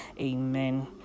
Amen